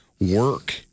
work